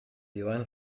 yuan